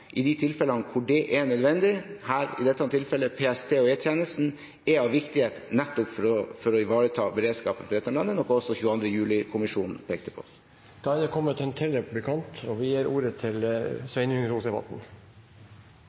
i de tilfellene hvor det er nødvendig – her i dette tilfellet PST og E-tjenesten – er av viktighet nettopp for å ivareta beredskapen i dette landet, noe som også 22.juli-kommisjonen pekte på. Statsråden sa i sitt siste innlegg at det